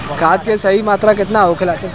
खाद्य के सही मात्रा केतना होखेला?